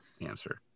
answer